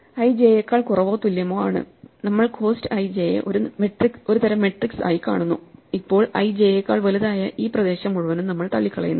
I j യേക്കാൾ കുറവോ തുല്യമോ ആണ് നമ്മൾ കോസ്റ്റ് ij യെ ഒരു തരം മെട്രിക്സ് ആയി കാണുന്നു അപ്പോൾ ഐ j യേക്കാൾ വലുതായ ഈ പ്രദേശം മുഴുവനും നമ്മൾ തള്ളിക്കളയുന്നു